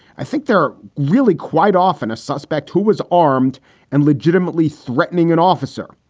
i think they're really quite often a suspect who was armed and legitimately threatening an officer.